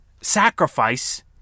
sacrifice